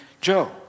Joe